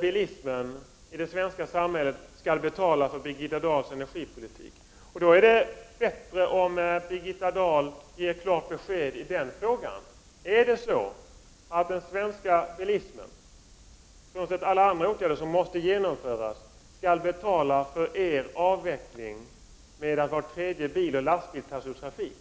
bilismen i det svenska samhället skall betala för Birgitta Dahls energipolitik. Det är bättre att Birgitta Dahl ger ett klart besked i frågan. Skall den svenska bilismen, frånsett alla andra åtgärder som måste genomföras, betala för er avveckling så att var tredje bil och lastbil tas ur trafik?